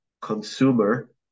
consumer